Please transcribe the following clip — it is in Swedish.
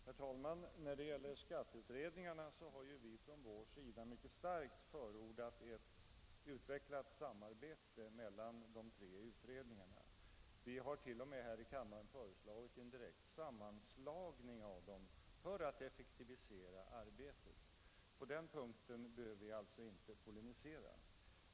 Herr talman! När det gäller skatteutredningarna har vi ju från vårt håll mycket starkt förordat ett utvecklat samarbete mellan dessa tre utredningar. Vi har t.o.m. här i kammaren föreslagit en direkt sammanslagning av dem för att effektivisera arbetet. På den punkten behöver vi alltså inte polemisera.